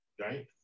right